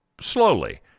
slowly